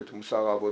את מוסר העבודה,